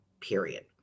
period